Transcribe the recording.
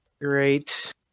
Great